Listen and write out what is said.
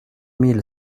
mille